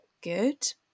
good